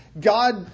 God